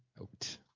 out